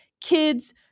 kids